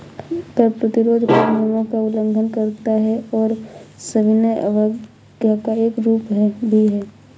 कर प्रतिरोध कर नियमों का उल्लंघन करता है और सविनय अवज्ञा का एक रूप भी है